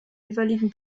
jeweiligen